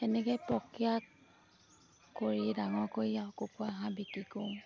এনেকে প্ৰক্ৰিয়া কৰি ডাঙৰ কৰি আৰু কুকুৰা হাঁহ বিক্ৰী কৰোঁ